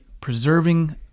preserving